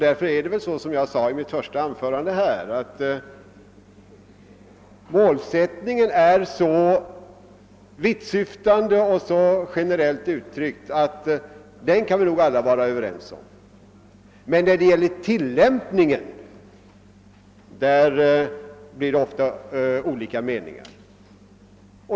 Det är alltså så, som jag sade i mitt första anförande, att målsättningen är så vittsyftande och så generellt uttryckt att vi alla kan vara ense om den, men när det gäller tillämpningen uppstår det ofta olika meningar.